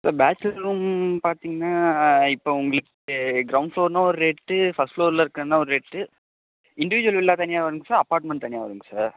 இப்போ bachelor room பார்த்திங்னா இப்போ உங்களுக்கு கிரவுண்ட் ஃபுலோர்னா ஒரு ரேட்டு ஃபர்ஸ்ட் ஃபுலோரில் இருக்கிறதுனா ஒரு ரேட்டு இன்டிவிஜுவல் வில்லா தனியாக வந்துச்சுன்னா அப்பார்ட்மெண்ட் தனியாக வருங்க சார்